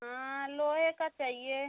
हाँ लोहे का चाहिए